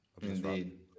Indeed